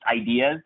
ideas